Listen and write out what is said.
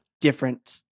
different